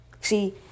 See